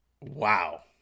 Wow